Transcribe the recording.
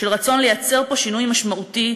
של רצון לייצר פה שינוי משמעותי,